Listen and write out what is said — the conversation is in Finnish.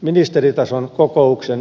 ministeritason kokouksen järjestämiseen